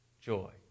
joy